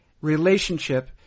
relationship